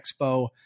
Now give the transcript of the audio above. Expo